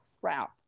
crap